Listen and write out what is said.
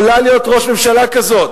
יכולה להיות ראש ממשלה כזאת.